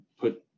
put